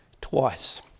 twice